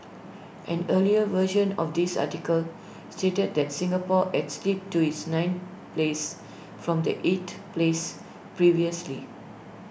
an earlier version of this article stated that Singapore has slipped to its ninth place from the eighth place previously